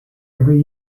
every